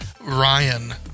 Ryan